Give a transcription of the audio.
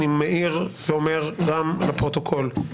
אני מעיר ואומר גם לפרוטוקול,